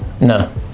No